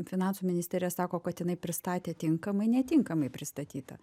finansų ministerija sako kad jinai pristatė tinkamai netinkamai pristatyta